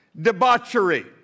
Debauchery